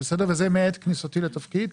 וזה מעת כניסתי לתפקיד,